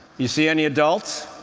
you see any adults?